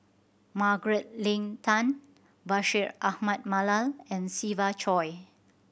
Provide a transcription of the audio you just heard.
Margaret Leng Tan Bashir Ahmad Mallal and Siva Choy